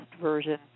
version